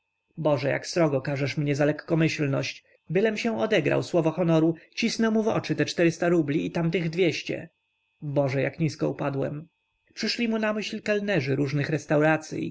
boże jak srogo karzesz mnie za lekkomyślność bylem się odegrał słowo honoru cisnę mu w oczy te czterysta rubli i tamtych dwieście boże jak nisko upadłem przyszli mu na myśl kelnerzy różnych restauracyj